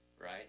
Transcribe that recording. right